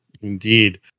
Indeed